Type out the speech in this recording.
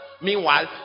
Meanwhile